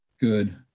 good